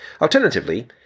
Alternatively